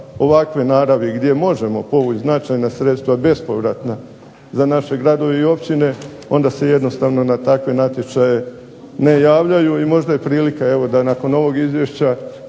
ovakve naravi gdje možemo povući značajna sredstva bespovratna za naše gradove i općine onda se jednostavno na takve natječaje ne javljaju. I možda je prilika evo da nakon ovog izvješća,